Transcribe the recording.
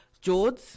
george